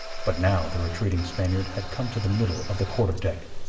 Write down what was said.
but now the retreating spaniard had come to the middle of the quarter-deck,